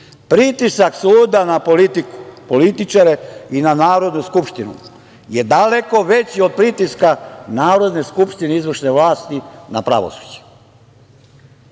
politiku, političare i na Narodnu skupštinu je daleko veći od pritiska Narodne skupštine i izvršne vlasti na pravosuđe. Nezavisno